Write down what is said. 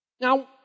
Now